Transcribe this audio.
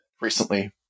recently